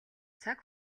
цаг